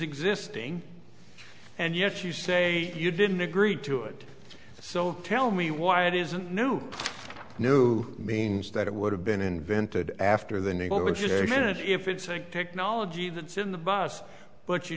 existing and yet you say you didn't agree to it so tell me why it isn't new new means that it would have been invented after the negotiation if it's a technology that's in the bus but you